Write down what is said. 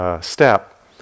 Step